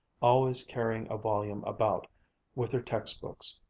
always carrying a volume about with her text-books,